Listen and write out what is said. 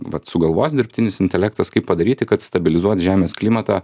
vat sugalvos dirbtinis intelektas kaip padaryti kad stabilizuot žemės klimatą